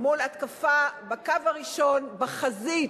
מול התקפה בקו הראשון, בחזית,